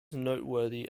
noteworthy